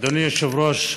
אדוני היושב-ראש,